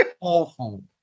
awful